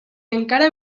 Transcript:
encara